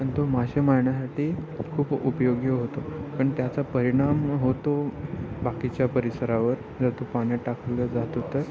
आणि तो मासे मारण्यासाठी खूप उपयोगी होतो पण त्याचा परिणाम होतो बाकीच्या परिसरावर जर तो पाण्यात टाकलं जातो तर